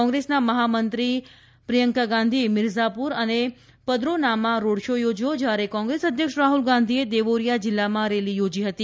કોંગ્રેસના મહામંત્રી પ્રિયંકા ગાંધીએ મિરઝાપુર અને પદરોનામાં રોડ શો યોજ્યો જ્યારે કોંગ્રેસ અધ્યક્ષ રાહુલ ગાંધીએ દેવોરિયા જિલ્લામાં રેલી યોજી હતી